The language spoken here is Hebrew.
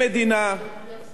עובדי מדינה